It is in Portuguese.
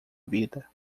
vida